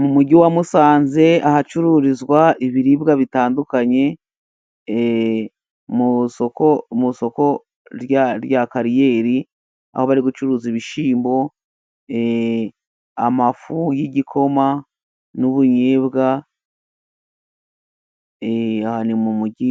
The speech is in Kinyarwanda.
Mu mujyi wa Musanze ahacururizwa ibiribwa bitandukanye mu isoko mu isoko rya kariyeri, aho bari gucuruza ibishyimbo, amafu y'igikoma, n'ubunyebwa. Aha ni mu mujyi